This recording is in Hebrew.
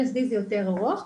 LSD זה יותר ארוך.